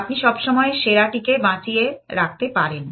আপনি সবসময় সেরাটিকে বাঁচিয়ে রাখতে পারেন